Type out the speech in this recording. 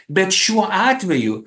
bet šiuo atveju